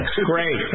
Great